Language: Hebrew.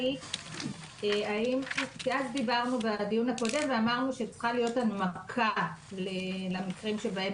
אמרנו בדיון הקודם שצריכה להיות הנמקה למקרים שבהם